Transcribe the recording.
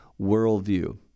worldview